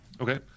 okay